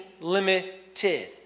limited